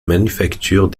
manufacture